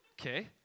Okay